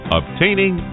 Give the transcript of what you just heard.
obtaining